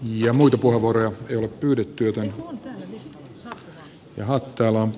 ja muita puheenvuoroja ja nyt muissakin pohjoismaissa tapahtuu